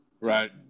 right